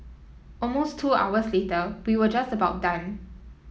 almost two hours later we were just about done